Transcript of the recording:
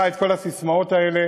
דחה את כל הססמאות האלה.